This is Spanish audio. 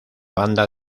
banda